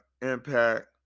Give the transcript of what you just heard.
Impact